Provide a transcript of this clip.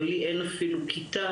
אבל לי אין אפילו כיתה.